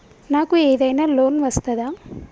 నాకు ఏదైనా లోన్ వస్తదా?